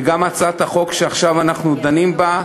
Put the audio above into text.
וגם הצעת החוק שעכשיו אנחנו דנים בה,